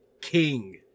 king